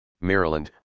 Maryland